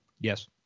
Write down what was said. Yes